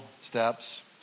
steps